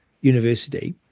University